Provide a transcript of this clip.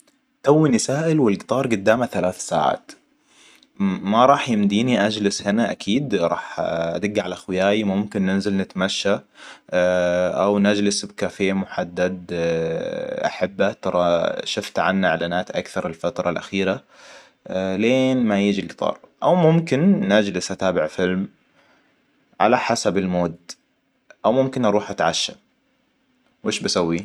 توني سائل والقطار قدامه ثلاث ساعات. ما راح يمديني أجلس هنا اكيد راح ادق على اخوياي ممكن ننزل نتمشى. أو نجلس بكافيه محدد أحبه ترى شفت عنه إعلانات أكثر الفترة الاخيرة. لين ما يجي القطار أو ممكن نجلس اتابع فيلم على حسب المود. او ممكن اروح اتعشى. وش بسوي؟